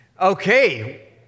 Okay